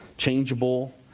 Changeable